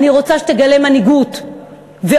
אני רוצה שתקבל מנהיגות ואומץ,